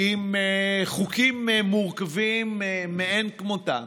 עם חוקים מורכבים מאין כמותם,